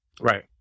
Right